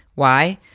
why?